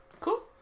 Cool